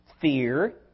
Fear